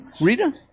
Rita